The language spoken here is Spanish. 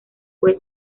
fue